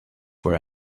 were